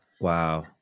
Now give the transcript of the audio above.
Wow